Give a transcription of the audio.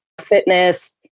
fitness